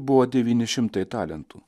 buvo devyni šimtai talentų